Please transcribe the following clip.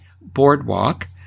Boardwalk